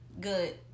Good